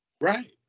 Right